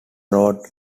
road